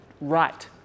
right